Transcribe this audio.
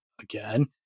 again